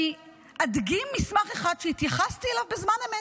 אני אדגים מסמך אחד, שהתייחסתי אליו בזמן אמת.